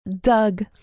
Doug